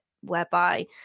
whereby